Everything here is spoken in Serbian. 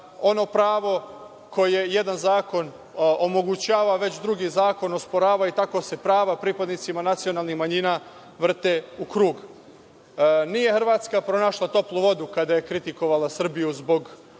ono pravo koje jedan zakon omogućava, već drugi zakon osporava i tako se prava pripadnicima nacionalnih manjina vrte u krug. Nije Hrvatska pronašla toplu vodu kada je kritikovala Srbiju zbog